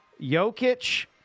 Jokic